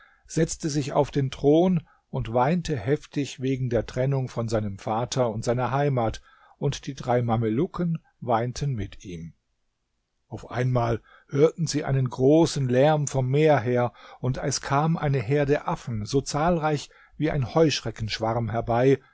setzte sich auf den thron und weinte heftig wegen der trennung von seinem vater und seiner heimat und die drei mamelucken weinten mit ihm auf einmal hörten sie einen großen lärm vom meer her und es kam eine herde affen so zahlreich wie ein heuschreckenschwarm herbei